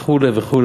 וכו' וכו'.